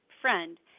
friend